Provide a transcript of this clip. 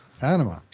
Panama